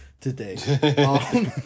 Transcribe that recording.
today